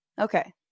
Okay